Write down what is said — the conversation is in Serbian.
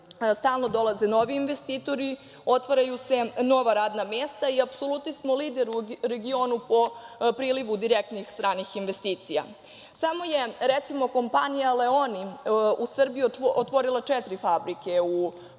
stalno dolaze novi investitori, otvaraju se nova radna mesta i apsolutni smo lider u regionu po prilivu direktnih stranih investicija. Samo je, recimo, kompanija „Leoni“ u Srbiji otvorila četiri fabrike: u